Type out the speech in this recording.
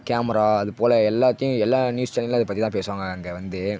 camera அதுப்போல் எல்லாத்தையும் எல்லாம் நியூஸ் சேனல்லேயும் அதைப் பற்றிதான் பேசுவாங்க அங்கே வந்து